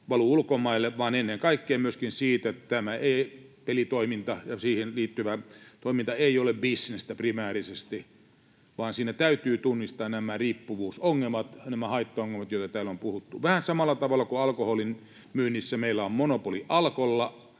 vaan ennen kaikkea myöskin siitä, että tämä pelitoiminta ja siihen liittyvä toiminta ei ole bisnestä primäärisesti, vaan siinä täytyy tunnistaa nämä riippuvuusongelmat, nämä haittaongelmat, joista täällä on puhuttu. Vähän samalla tavalla kuin alkoholin myynnissä meillä on monopoli Alkolla